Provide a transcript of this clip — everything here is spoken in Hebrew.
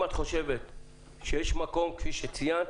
אם את חושבת שיש מקום כפי שציינת,